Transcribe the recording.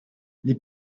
les